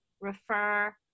refer